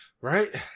right